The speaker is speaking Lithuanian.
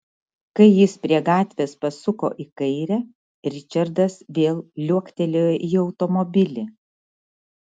kai jis prie gatvės pasuko į kairę ričardas vėl liuoktelėjo į automobilį